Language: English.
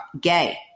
gay